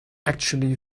actually